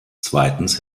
zweitens